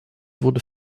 wurde